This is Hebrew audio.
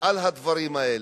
על הדברים האלה.